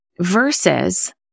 versus